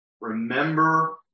remember